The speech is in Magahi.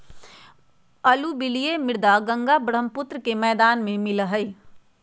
अलूवियल मृदा गंगा बर्ह्म्पुत्र के मैदान में मिला हई